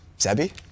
zebby